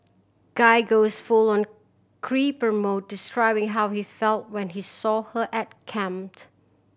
guy goes full on creeper mode describing how he felt when he saw her at camp